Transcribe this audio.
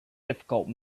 difficult